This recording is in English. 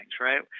right